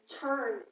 turn